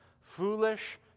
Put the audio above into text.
foolish